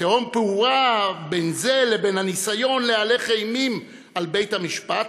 תהום פעורה בין זה לבין הניסיון להלך אימים על בית המשפט,